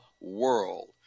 world